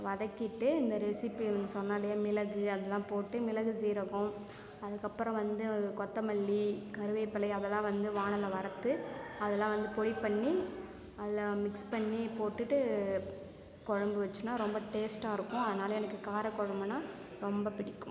வதக்கிட்டு இந்த ரெஸிப்பி சொன்ன இல்லையா மிளகு அதெலாம் போட்டு மிளகு சீரகம் அதுக்கு அப்புறம் வந்து கொத்தமல்லி கருவேப்பிலை அதெலாம் வந்து வாணல்ல வறத்து அதெலாம் வந்து பொடி பண்ணி அதெலாம் மிக்ஸ் பண்ணி போட்டுவிட்டு குழம்பு வச்சோம்னா ரொம்ப டேஸ்ட்டாக இருக்கும் அதனால் எனக்கு கார குழம்புன்னா ரொம்ப பிடிக்கும்